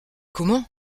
comment